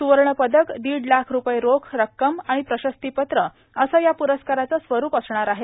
सूवर्ण पदक दीड लाख रुपये रोख रक्कम आणि प्रशस्तीपत्र असं या प्रस्काराचं स्वरूप आहे